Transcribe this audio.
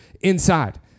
inside